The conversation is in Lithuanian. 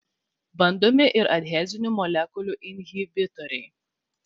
bandomi ir adhezinių molekulių inhibitoriai